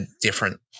different